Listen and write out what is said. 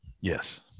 Yes